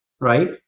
right